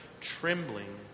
trembling